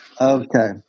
Okay